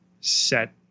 set